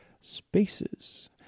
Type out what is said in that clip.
spaces